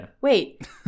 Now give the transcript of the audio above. wait